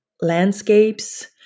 landscapes